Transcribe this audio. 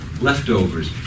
leftovers